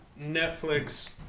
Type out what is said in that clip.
netflix